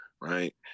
right